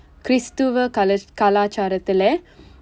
கிறிஸ்தவ காலா கலாச்சாரத்தில:kristhava kaalaa kalaachsaaraththila